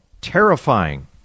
terrifying